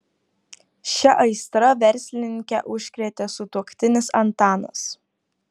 šia aistra verslininkę užkrėtė sutuoktinis antanas